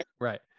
right